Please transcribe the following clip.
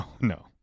no